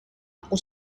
aku